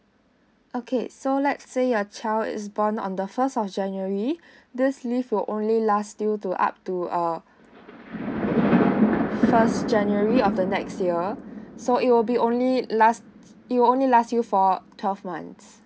okay so let's say your child is born on the first of january this leave will only last you to up to uh first january of the next year so it will be only last it will only last you for twelve months